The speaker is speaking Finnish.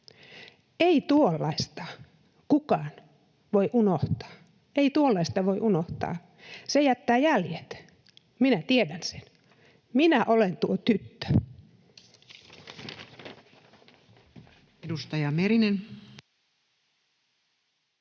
Ei tuollaista kukaan voi unohtaa. Ei tuollaista voi unohtaa, se jättää jäljet. Minä tiedän sen, minä olen tuo tyttö.